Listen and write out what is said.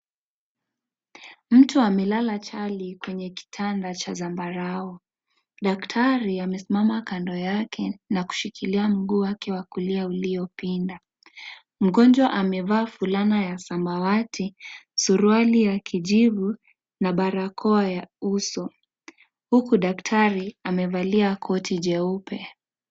Mtu amelala chali kwenye kitanda cha zambarau. Daktari amesimama kando yake na kushikilia mguu wake wa kulia uliopinda. Mgonjwa amevaa fulana ya samawati, suruali ya kijivu na barakoa ya uso, huku daktari amevalia koti jeupe.